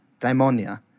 daimonia